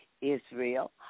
Israel